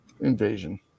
invasion